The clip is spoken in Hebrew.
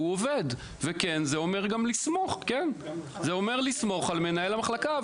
וכן, זה אומר גם לסמוך על מנהל המחלקה.